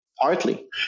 partly